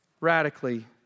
Radically